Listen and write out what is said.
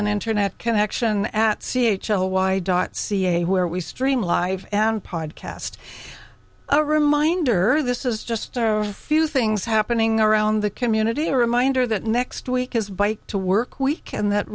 an internet connection at c h l y dot ca where we stream live and podcast a reminder this is just a few things happening around the community a reminder that next week is bike to work week and that